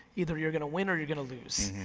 either you're gonna win or you're gonna lose.